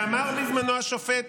ואמר בזמנו השופט